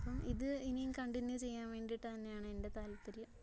അപ്പം ഇത് ഇനിയും കണ്ടിന്യൂ ചെയ്യാൻ വേണ്ടിയിട്ട് തന്നെയാണ് എൻ്റെ താൽപ്പര്യം